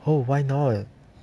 oh why not